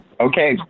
Okay